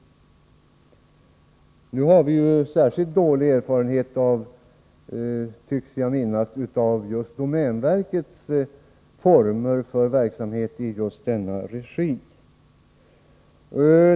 Vi har, tycker jag mig minnas, särskilt dålig erfarenhet av just domänverkets former för bolagsverksamhet.